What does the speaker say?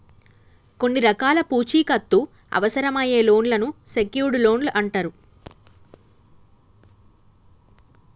కొన్ని రకాల పూచీకత్తు అవసరమయ్యే లోన్లను సెక్యూర్డ్ లోన్లు అంటరు